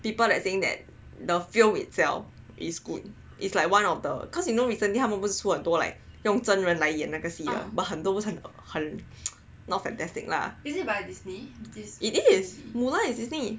people that are saying that the film itself is good it's like one of the cause you know recently 他们一直出用真人演那个戏的很多不很多不是 err not fantastic lah it is Mulan is Disney